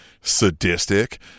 sadistic